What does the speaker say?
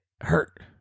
hurt